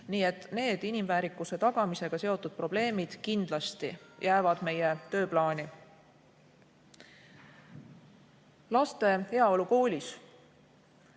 Nii et inimväärikuse tagamisega seotud probleemid kindlasti jäävad meie tööplaani. Laste heaolu koolis.